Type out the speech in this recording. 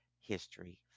History